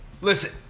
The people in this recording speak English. Listen